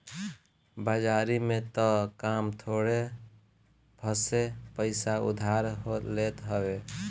बाजारी में तअ कम थोड़ सभे पईसा उधार लेत हवे